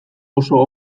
oso